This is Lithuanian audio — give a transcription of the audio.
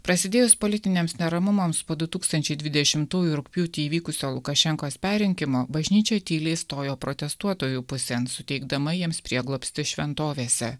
prasidėjus politiniams neramumams po du tūkstančiai dvidešimtųjų rugpjūtį įvykusio lukašenkos perrinkimo bažnyčia tyliai stojo protestuotojų pusėn suteikdama jiems prieglobstį šventovėse